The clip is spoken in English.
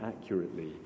accurately